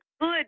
Good